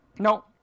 no